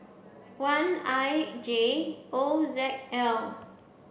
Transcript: one I J O Z L